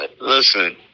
listen